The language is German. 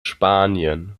spanien